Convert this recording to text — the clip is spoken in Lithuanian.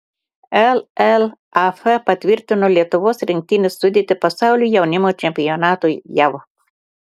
llaf patvirtino lietuvos rinktinės sudėtį pasaulio jaunimo čempionatui jav